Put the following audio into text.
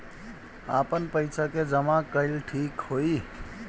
आपन पईसा के जमा कईल ठीक होई?